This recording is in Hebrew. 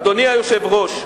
אדוני היושב-ראש,